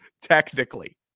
technically